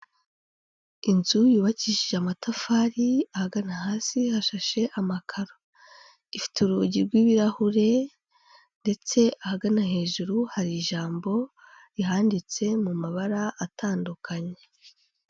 Inzu yubakishije amatafari ahagana hasi hashashe amakaro, ifite urugi rw'ibirahure ndetse ahagana hejuru hari ijambo rihanditse mu mabara atandukanye.